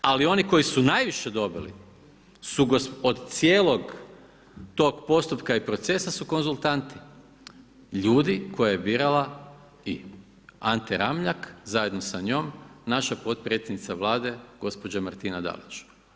Ali oni koji su najviše dobili su od cijelog tog postupka i procesa su konzultanti, ljudi koje je birala i Ante Ramljak, zajedno sa njom, naša potpredsjednica Vlade gospođa Martina Dalić.